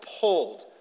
pulled